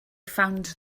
found